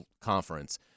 conference